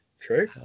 True